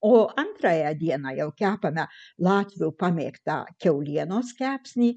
o antrąją dieną jau kepame latvių pamėgtą kiaulienos kepsnį